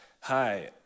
hi